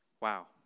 Wow